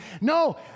No